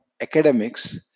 academics